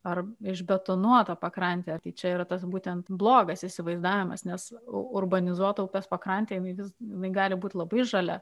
ar išbetonuota pakrantė tai čia yra tas būtent blogas įsivaizdavimas nes urbanizuota upės pakrantė jinai vis jinai gali būti labai žalia